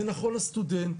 זה נכון לסטודנט,